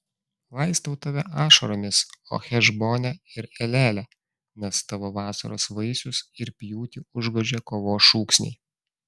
laistau tave ašaromis o hešbone ir eleale nes tavo vasaros vaisius ir pjūtį užgožė kovos šūksniai